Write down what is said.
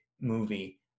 movie